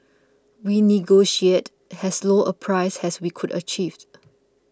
we negotiated as low a price as we could achieve